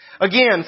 Again